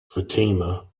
fatima